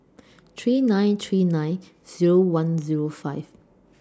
three nine three nine Zero one Zero five